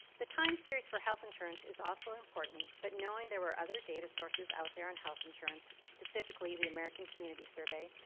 the time series for health insurance is also important, but knowing there were other data sources out there in health insurance, specifically the american community survey,